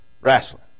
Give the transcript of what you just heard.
wrestling